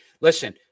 Listen